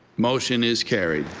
motion is carried.